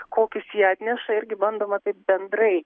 kokius ji atneša irgi bandoma taip bendrai